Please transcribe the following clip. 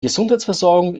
gesundheitsversorgung